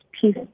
peace